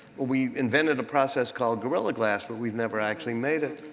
we invented a process called gorilla glass but we've never actually made it.